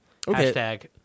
Hashtag